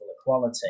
equality